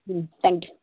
thank you